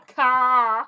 car